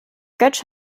götsch